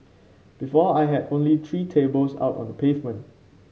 before I had only three tables out on the pavement